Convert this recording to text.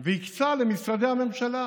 והקצה למשרדי הממשלה.